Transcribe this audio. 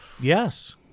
yes